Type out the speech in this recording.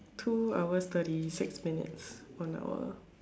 two hours thirty six minutes one hour